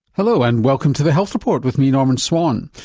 hello and welcome to the health report with me norman swan.